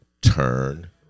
turn